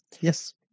Yes